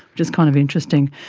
which is kind of interesting.